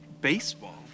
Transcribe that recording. baseball